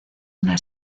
una